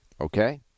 Okay